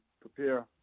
prepare